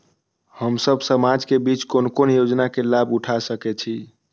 हम सब समाज के बीच कोन कोन योजना के लाभ उठा सके छी?